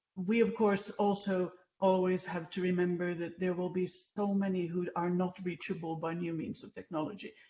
we of course also always have to remember that there will be so many who are not reachable by new means of technology.